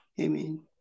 Amen